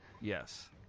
Yes